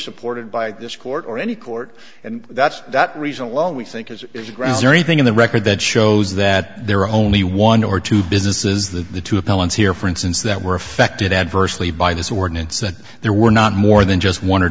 supported by this court or any court and that's that reason alone we think it's a grand jury thing on the record that shows that there are only one or two businesses that the two appellants here for instance that were affected adversely by this ordinance that there were not more than just one or